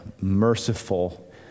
merciful